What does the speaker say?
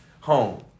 home